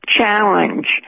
Challenge